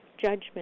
judgment